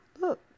look